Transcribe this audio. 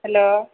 hello